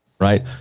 right